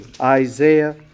Isaiah